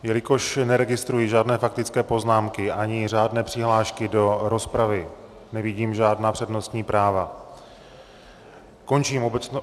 Jelikož neregistruji žádné faktické poznámky ani řádné přihlášky do rozpravy, nevidím žádná přednostní práva, končím obecnou...